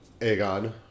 Aegon